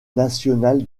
national